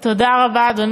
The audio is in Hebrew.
עיוות שאי-אפשר להשלים אתו.